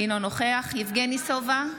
אינו נוכח יבגני סובה,